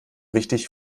wichtig